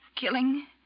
Killing